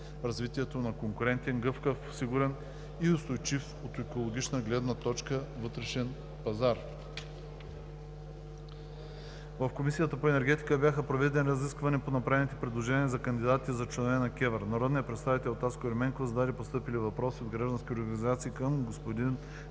развитието на конкурентен, гъвкав, сигурен и устойчив от екологична гледна точка вътрешен пазар. В Комисията по енергетика бяха проведени разисквания по направените предложения за кандидати за членове на КЕВР. Народният представител Таско Ерменков зададе постъпили въпроси от граждански организации към господин Димитър